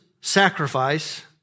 sacrifice